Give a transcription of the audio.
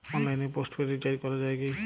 অনলাইনে postpaid recharge করা যায় কি?